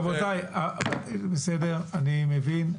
רבותיי, אני מבין.